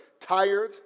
tired